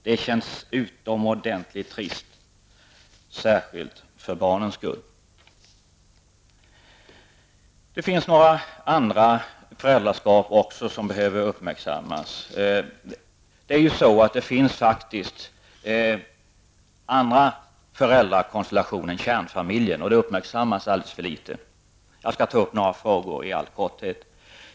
Det känns utomordentligt trist, särskilt för barnens skull. Det finns också andra typer av föräldraskap som behöver uppmärksammas. Det förekommer faktiskt andra föräldrakonstellationer än kärnfamiljer, och dessa uppmärksammas alldeles för litet. Jag skall i all korthet ta upp några frågor kring detta.